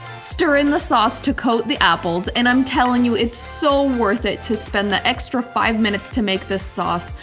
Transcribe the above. stir in the sauce to coat the apples and i'm telling you it's so worth it to spend the extra five minutes to make this sauce,